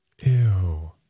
Ew